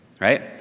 right